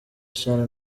eshanu